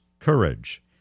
Courage